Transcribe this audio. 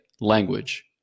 language